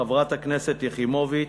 חברת הכנסת יחימוביץ,